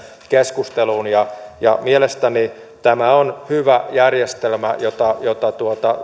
keskusteluun mielestäni tämä on hyvä järjestelmä jota jota